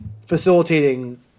facilitating